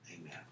amen